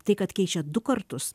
tai kad keičia du kartus